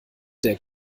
der